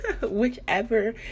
whichever